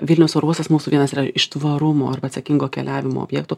vilniaus oro uostas mūsų vienas iš tvarumo arba atsakingo keliavimo objektų